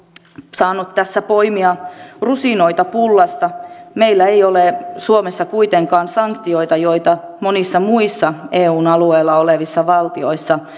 saanut tässä poimia rusinoita pullasta meillä ei ole suomessa kuitenkaan sanktioita joita monissa muissa eun alueella olevissa valtioissa